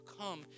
come